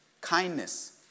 kindness